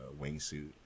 wingsuit